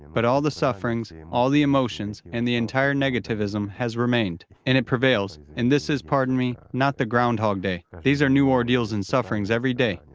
but all the sufferings, all the emotions, and the entire negativism has remained, and it prevails. and this is, pardon me, not the groundhog day, these are new ordeals and sufferings every day,